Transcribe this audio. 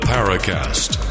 Paracast